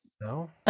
no